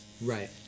Right